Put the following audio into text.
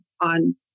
on